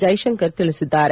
ಜೈಸಂಕರ್ ತಿಳಿಸಿದ್ದಾರೆ